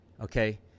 Okay